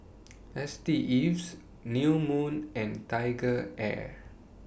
S T Ives New Moon and Tiger Air